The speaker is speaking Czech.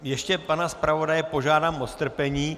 Ještě pana zpravodaje požádám o strpení.